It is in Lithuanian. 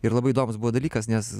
ir labai įdomus buvo dalykas nes